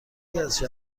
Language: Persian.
کسی